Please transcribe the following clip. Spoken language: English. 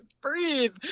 breathe